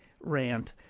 Rant